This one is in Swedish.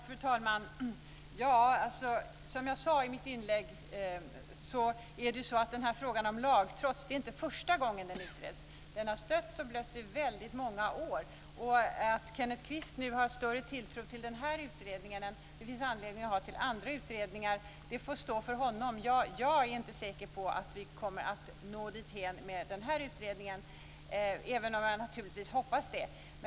Fru talman! Som jag sade i mitt inlägg är det inte första gången frågan om lagtrots utreds. Den har stötts och blötts i väldigt många år. Att Kenneth Kvist har större tilltro till denna utredning än vad det har funnits anledning att ha till andra utredningar får stå för honom. Jag är inte säker på att vi kommer att nå dithän med denna utredning, även om jag naturligtvis hoppas det.